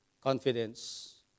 confidence